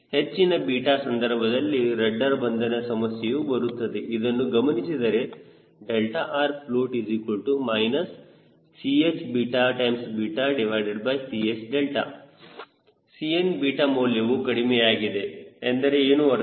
ಹೆಚ್ಚಿನ ಬೀಟಾ ಸಂದರ್ಭದಲ್ಲಿ ರಡ್ಡರ್ ಬಂಧನ ಸಮಸ್ಯೆಯು ಬರುತ್ತದೆ ಇದನ್ನು ಗಮನಿಸಿದರೆ rfloat ChCh Cnಮೌಲ್ಯವು ಕಡಿಮೆಯಾಗಿದೆ ಎಂದರೆ ಏನು ಅರ್ಥ